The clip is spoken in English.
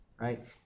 right